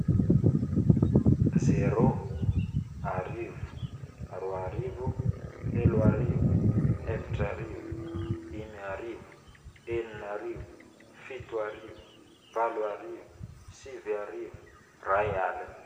Zéro, arivo, roa arivo, telo arivo, efatra arivo, dimy arivo, enina arivo, fito arivo, valo arivo, sivy arivo, iray aligna.